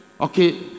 okay